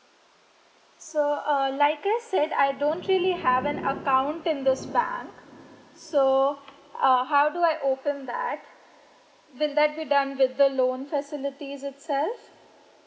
so uh like I said I don't really have an account in this bank so uh how do I open that then that would be done with the loan facilities itself